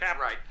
right